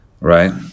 right